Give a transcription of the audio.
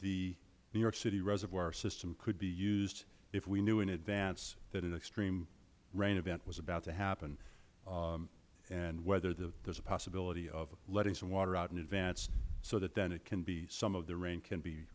the new york city reservoir system could be used if we knew in advance that an extreme rain event was about to happen and whether there is a possibility of letting some water out in advance so that then it can be some of the rain can be